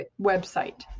website